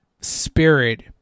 spirit